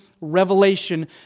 revelation